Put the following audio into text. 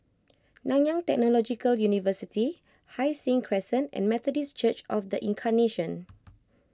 Nanyang Technological University Hai Sing Crescent and Methodist Church of the Incarnation